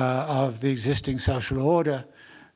of the existing social order